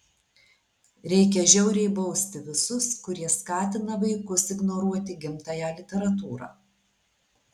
reikia žiauriai bausti visus kurie skatina vaikus ignoruoti gimtąją literatūrą